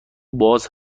باز